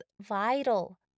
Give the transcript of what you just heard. vital